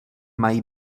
mají